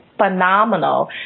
phenomenal